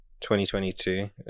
2022